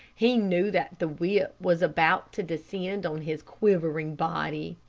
he knew that the whip was about to descend on his quivering body.